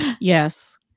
Yes